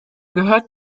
gehört